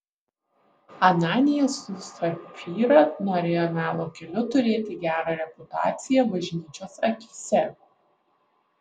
ananijas su sapfyra norėjo melo keliu turėti gerą reputaciją bažnyčios akyse